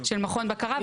של מכון בקרה.